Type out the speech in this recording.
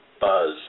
buzz